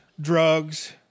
drugs